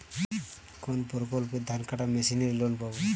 কোন প্রকল্পে ধানকাটা মেশিনের লোন পাব?